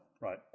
Right